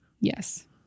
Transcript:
Yes